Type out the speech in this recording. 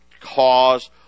cause